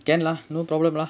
can lah no problem lah